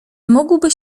mógłbyś